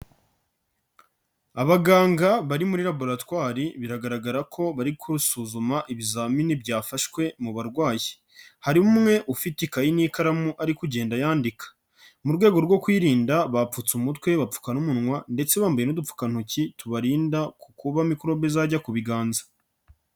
Abaganga bari muri laboratwari biragaragara ko bari gusuzuma ibizamini byafashwe mu barwayi, hari umwe ufite ikayi n'ikaramu ari kugenda yandika mu rwego rwo kwirinda, bapfutse umutwe, bapfuka n'umunwa ndetse bambaye n'udupfukantoki tubarinda kuba mikorobe zajya ku biganza.